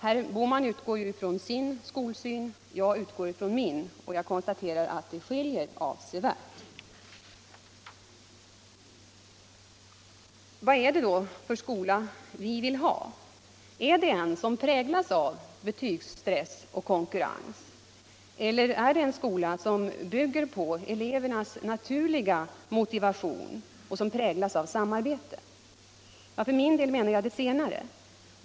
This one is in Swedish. Herr Bohman utgår från sin skolsyn, jag utgår från min, och jag konstaterar att det skiljer avsevärt. Vad är det för skola vi vill ha? Är det en som präglas av betygsstress och konkurrens, eller är det en skola som bygger på elevernas naturliga motivation och som präglas av sammarbete? För min del menar jag det senare.